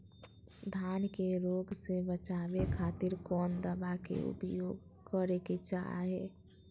धान के रोग से बचावे खातिर कौन दवा के उपयोग करें कि चाहे?